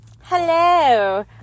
hello